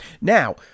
Now